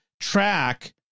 track